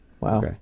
Wow